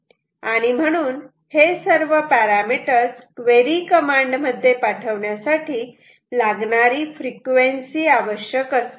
आणि म्हणून हे सर्व पॅरामीटर्स क्वेरी कमांड मध्ये पाठवण्यासाठी लागणारी फ्रिक्वेन्सी आवश्यक असते